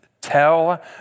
Tell